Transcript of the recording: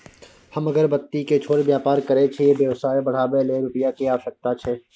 हम अगरबत्ती के छोट व्यापार करै छियै व्यवसाय बढाबै लै रुपिया के आवश्यकता छै?